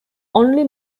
only